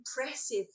impressive